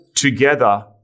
together